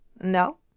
No